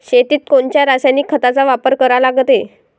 शेतीत कोनच्या रासायनिक खताचा वापर करा लागते?